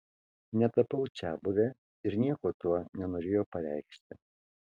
netapau čiabuve ir nieko tuo nenorėjau pareikšti